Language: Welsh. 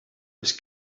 oes